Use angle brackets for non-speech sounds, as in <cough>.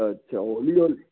ਅੱਛਾ <unintelligible>